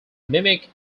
mimic